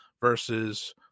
versus